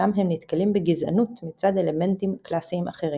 שם הם נתקלים בגזענות מצד אלמנטים קלאסיים אחרים.